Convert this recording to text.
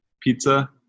pizza